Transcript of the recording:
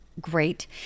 great